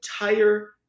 entire